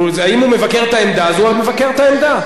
אם הוא מבקר את העמדה אז הוא מבקר את העמדה.